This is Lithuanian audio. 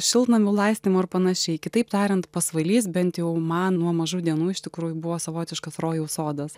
šiltnamių laistymo ir panašiai kitaip tariant pasvalys bent jau man nuo mažų dienų iš tikrųjų buvo savotiškas rojaus sodas